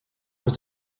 was